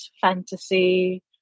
fantasy